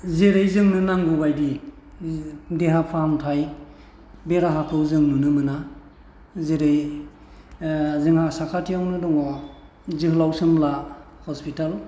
जेरै जोंनो नांगौबायदि देहा फाहामथाय बे राहाखौ जों नुनो मोना जेरै जोंहा साखाथियावनो दङ जोहोलाव सोमब्ला हस्पिटाल